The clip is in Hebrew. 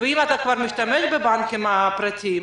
ואם אתה כבר משתמש בבנקים הפרטיים,